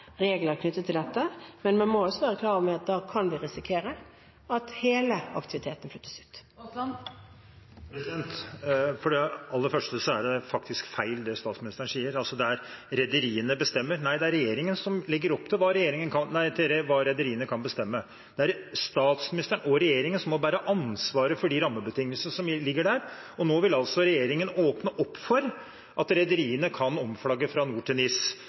regler knyttet til dette, men man må også være klar over at da kan vi risikere at hele aktiviteten flyttes. Aller først er det faktisk feil det statsministeren sier om at rederiene bestemmer. Nei, det er regjeringen som legger opp til hva rederiene kan bestemme. Det er statsministeren og regjeringen som må bære ansvaret for de rammebetingelser som ligger der, og nå vil regjeringen åpne opp for at rederiene kan omflagge fra NOR til NIS